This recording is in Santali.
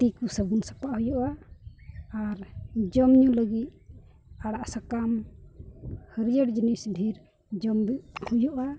ᱛᱤ ᱠᱚ ᱥᱟᱵᱚᱱ ᱥᱟᱯᱷᱟᱜ ᱦᱩᱭᱩᱜᱼᱟ ᱟᱨ ᱡᱚᱢᱼᱧᱩ ᱞᱟᱹᱜᱤᱫ ᱟᱲᱟᱜ ᱥᱟᱠᱟᱢ ᱦᱟᱹᱨᱭᱟᱹᱲ ᱡᱤᱱᱤᱥ ᱰᱷᱮᱹᱨ ᱡᱚᱢ ᱦᱩᱭᱩᱜᱼᱟ